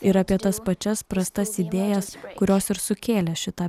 ir apie tas pačias prastas idėjas kurios ir sukėlė šitą